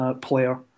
player